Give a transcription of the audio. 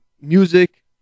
music